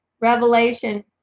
revelation